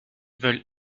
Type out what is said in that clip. veulent